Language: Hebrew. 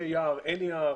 אם יש יער או אין יער,